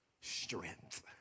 Strength